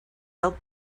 built